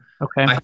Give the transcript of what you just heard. Okay